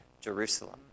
Jerusalem